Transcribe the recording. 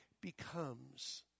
becomes